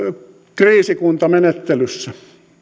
kriisikuntamenettelyssä